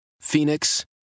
Phoenix